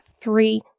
three